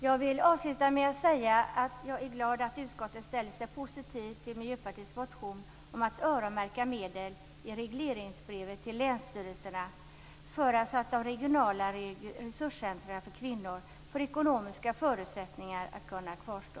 Jag vill avsluta med att säga att jag är glad att utskottet ställer sig positivt till Miljöpartiets motion om att öronmärka medel i regleringsbrevet till länsstyrelserna så att de regionala resurscentrerna för kvinnor får ekonomiska förutsättningar att kunna kvarstå.